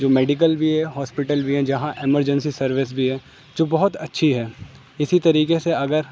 جو میڈیکل بھی ہے ہاسپٹل بھی ہے جہاں پر ایمرجنسی سروس بھی ہے جو بہت اچھی ہے اسی طریقے سے اگر